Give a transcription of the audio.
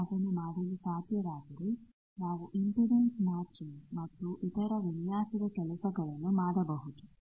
ನಾವು ಅದನ್ನು ಮಾಡಲು ಸಾಧ್ಯಾವಾದರೆ ನಾವು ಇಂಪಿಡೆನ್ಸ್ ಮ್ಯಾಚಿಂಗ್ ಮತ್ತು ಇತರ ವಿನ್ಯಾಸದ ಕೆಲಸಗಳನ್ನು ಮಾಡಬಹುದು